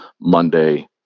Monday